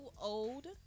old